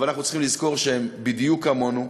אבל אנחנו צריכים לזכור שהם בדיוק כמונו,